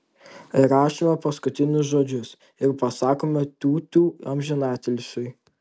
įrašome paskutinius žodžius ir pasakome tiutiū amžinatilsiui